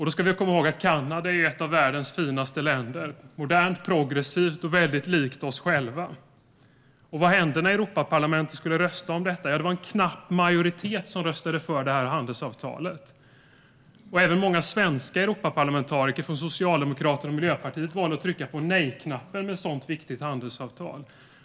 Då ska vi komma ihåg att Kanada är ett av världens finaste länder. Det är modernt, progressivt och väldigt likt vårt. Vad hände när Europaparlamentet skulle rösta om detta? Jo, det var en knapp majoritet som röstade för handelsavtalet. Även många svenska Europaparlamentariker från Socialdemokraterna och Miljöpartiet valde att trycka på nej-knappen i fråga om ett sådant viktigt handelsavtal.